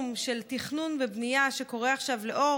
של תכנון ובנייה שקורה עכשיו לאור